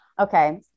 Okay